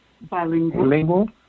bilingual